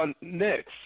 Next